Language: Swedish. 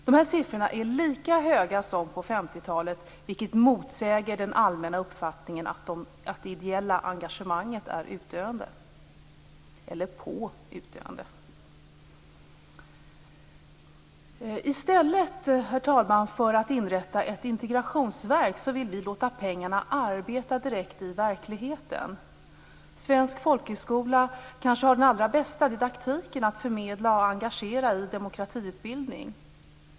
Dessa siffror är lika höga som på 50-talet, vilket motsäger den allmänna uppfattningen att det ideella engagemanget är på utdöende. Herr talman! I stället för att inrätta ett integrationsverk vill vi låta pengarna arbeta direkt i verkligheten. Svensk folkhögskola kanske har den allra bästa didaktiken att förmedla och engagera i demokratiutbildning.